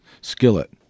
skillet